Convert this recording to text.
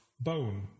Bone